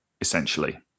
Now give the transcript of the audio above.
essentially